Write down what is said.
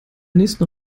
nächsten